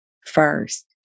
first